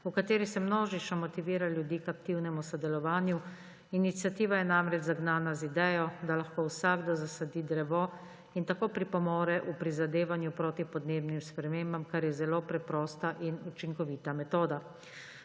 v kateri se množično motivira ljudi k aktivnemu sodelovanju. Iniciativa je namreč zagnana z idejo, da lahko vsakdo zasadi drevo in tako pripomore v prizadevanju proti podnebnim sprememba, kar je zelo preprosta in učinkovita metoda.